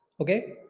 Okay